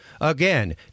Again